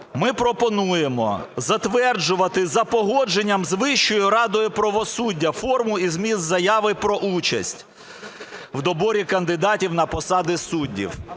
ми пропонуємо затверджувати за погодженням з Вищою радою правосуддя форму і зміст заяви про участь в доборі кандидатів на посади суддів.